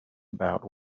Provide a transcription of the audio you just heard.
about